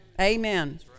Amen